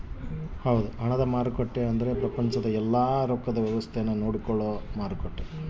ಹಣದ ಮಾರುಕಟ್ಟೆ ಅಂದ್ರ ಪ್ರಪಂಚದ ಯೆಲ್ಲ ರೊಕ್ಕದ್ ವ್ಯವಸ್ತೆ ನ ನೋಡ್ಕೊಳೋದು